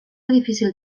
difícil